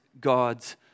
God's